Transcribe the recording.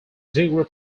degree